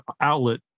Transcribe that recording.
outlet